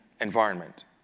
environment